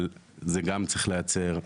אבל זה גם צריך להיעצר,